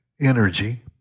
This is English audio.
energy